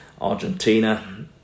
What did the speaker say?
Argentina